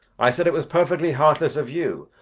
i said it was perfectly heartless of you,